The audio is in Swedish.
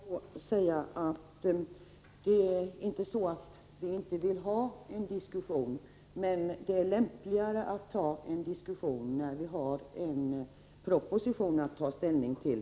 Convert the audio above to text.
Herr talman! Jag vill först säga till Margé Ingvardsson att det är fel att vi inte vill ha en diskussion; men det är lämpligare att diskutera frågan när vi har en proposition att ta ställning till.